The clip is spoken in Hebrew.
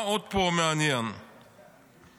מה עוד מעניין פה?